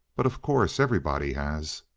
but, of course, everybody has.